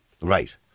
Right